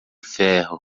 ferro